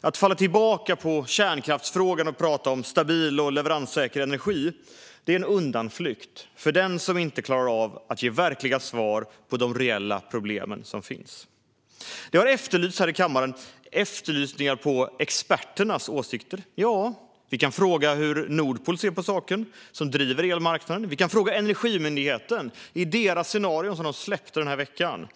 Att falla tillbaka på kärnkraftsfrågan och tala om stabil och leveranssäker energi är en undanflykt för den som inte klarar av att ge verkliga svar beträffande de reella problem som finns. Jag har här i kammaren efterlyst experternas åsikter. Vi kan fråga hur Nord Pool, som driver elmarknaden, ser på saken. Vi kan fråga Energimyndigheten. I deras scenario, som de släppte den här veckan,